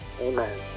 amen